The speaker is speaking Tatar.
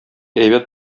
әйбәт